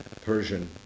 Persian